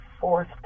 fourth